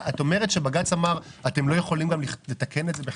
את אומרת שבג"ץ אמר שלא יכולים גם לתקן את זה בחקיקה?